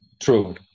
true